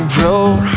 road